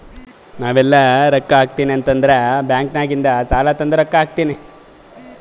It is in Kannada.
ನಾವ್ ಎಲ್ಲಾರೆ ರೊಕ್ಕಾ ಹಾಕಬೇಕ್ ಅಂದುರ್ ಬ್ಯಾಂಕ್ ನಾಗಿಂದ್ ಸಾಲಾ ತಂದಿ ರೊಕ್ಕಾ ಹಾಕ್ತೀನಿ